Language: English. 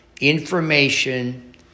information